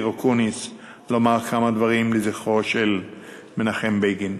אקוניס לומר כמה דברים לזכרו של מנחם בגין.